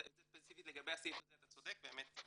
ספציפית לגבי הנושא הזה אתה צודק באמת,